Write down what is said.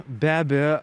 be abejo